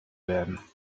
werden